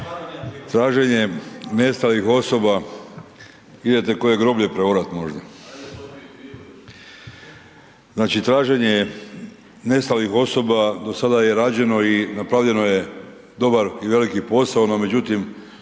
Traženje nestalih osoba, idete koje groblje preorat možda, znači traženje nestalih osoba do sada je rađeno i napravljeno je dobar i veliki posao no međutim